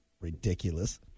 Ridiculous